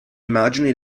immagini